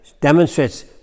demonstrates